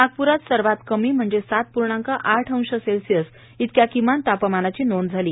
नागपुरात सर्वात कमी म्हणजे सात पूर्णांक आठ अंश सेल्सिअस इतक्या किमान तापमानाची नोंद झाली